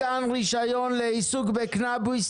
"..הוועדה לבחינת מתן רישיון לעיסוק בקנאביס,